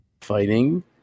fighting